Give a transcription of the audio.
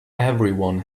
everyone